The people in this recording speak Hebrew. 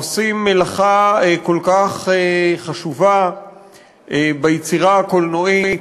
העושים מלאכה כל כך חשובה ביצירה הקולנועית,